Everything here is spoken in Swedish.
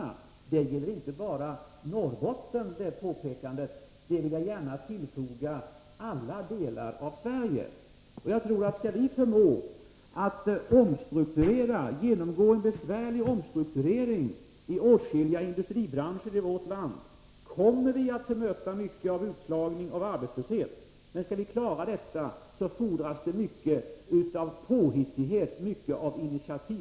Det påpekandet gäller inte bara Norrbotten. Jag vill gärna tillägga att det gäller alla delar av Sverige. Skall vi förmå att omstrukturera i olika industribranscher, kommer vi att möta mycket utslagning och arbetslöshet. Skall vi klara det här fordras det mycket av påhittighet och initiativkraft.